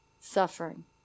Suffering